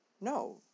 no